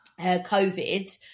COVID